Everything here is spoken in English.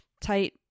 tight